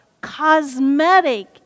cosmetic